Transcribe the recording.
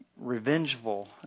revengeful